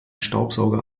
staubsauger